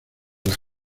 las